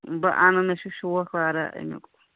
بہٕ اَنہٕ مےٚ چھِ شوق واریاہ اَمیُٚک